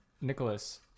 Nicholas